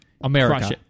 America